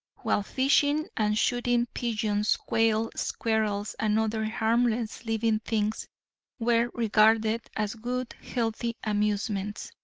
while fishing and shooting pigeons, quail, squirrels and other harmless living things were regarded as good, healthy amusements.